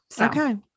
Okay